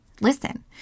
listen